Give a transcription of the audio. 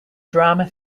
drama